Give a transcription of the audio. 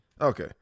okay